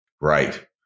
Right